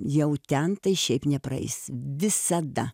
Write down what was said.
jau ten tai šiaip nepraeisi visada